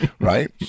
right